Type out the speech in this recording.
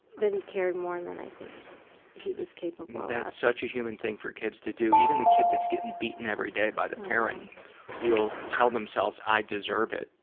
that he cared more and than i think he was capable of. that's such a human thing for kids to do, even the kid that's getting beaten every day by the parent will tell themselves, i deserve it.